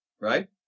Right